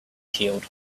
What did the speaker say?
healed